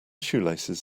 shoelaces